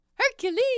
Hercules